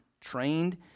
trained